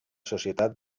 societat